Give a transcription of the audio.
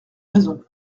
raison